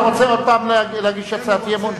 אתה רוצה עוד פעם להגיש הצעת אי-אמון?